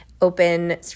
open